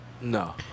No